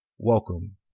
Welcome